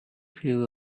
few